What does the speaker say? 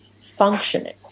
functioning